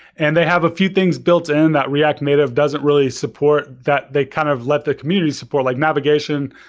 and they have a few things built in that react native doesn't really support, that they kind of let the community support like navigation,